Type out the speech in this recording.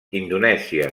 indonèsia